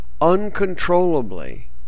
uncontrollably